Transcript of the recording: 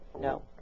No